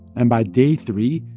and by day three,